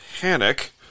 panic